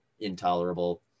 intolerable